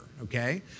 okay